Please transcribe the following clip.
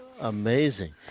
Amazing